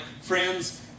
friends